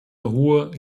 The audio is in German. hohe